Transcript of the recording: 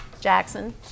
Jackson